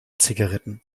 zigaretten